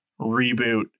reboot